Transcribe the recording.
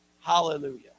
hallelujah